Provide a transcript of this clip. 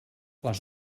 les